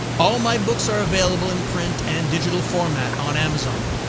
all my books are available in print and digital format on amazon.